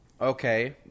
Okay